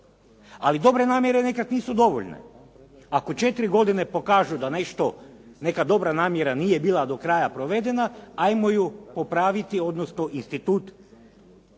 Ali dobre namjere nekada nisu dovoljne, ako četiri godine pokažu da nešto, neka dobra namjera nije bila do kraja provedena, ajmo ju popraviti, odnosno institut